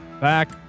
back